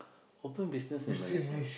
open business in Malaysia